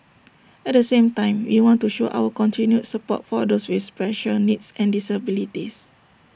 at the same time we want to show our continued support for those with special needs and disabilities